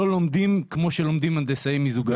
לא לומדים כמו שלומדים הנדסאי מיזוג אוויר.